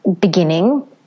beginning